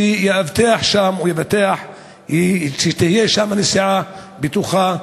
שיבטיח שהנסיעה שם תהיה בטוחה.